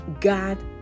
God